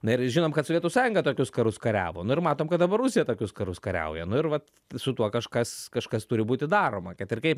na ir žinom kad sovietų sąjunga tokius karus kariavo nu ir matom kad dabar rusija tokius karus kariauja nu ir vat su tuo kažkas kažkas turi būti daroma kad ir kaip